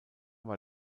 war